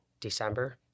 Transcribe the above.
December